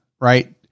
right